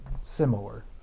similar